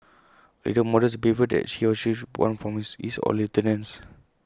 A leader models the behaviour that he or she should want from his his or lieutenants